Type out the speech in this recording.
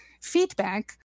feedback